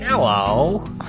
Hello